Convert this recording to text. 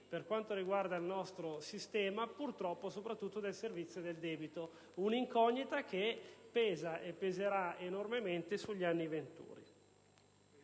per quanto riguarda il nostro sistema, purtroppo soprattutto del servizio del debito: un'incognita che pesa e peserà enormemente sugli anni venturi.